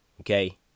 Okay